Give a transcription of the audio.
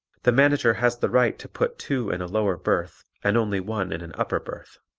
the manager has the right to put two in a lower berth and only one in an upper berth.